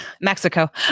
Mexico